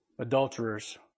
adulterers